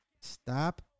Stop